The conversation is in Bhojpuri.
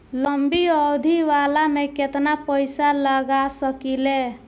लंबी अवधि वाला में केतना पइसा लगा सकिले?